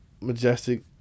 Majestic